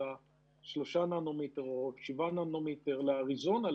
שלושה ננומטר או שבעה ננומטר לאריזונה,